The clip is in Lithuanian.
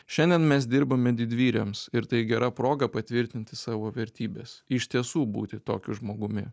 šiandien mes dirbame didvyriams ir tai gera proga patvirtinti savo vertybes iš tiesų būti tokiu žmogumi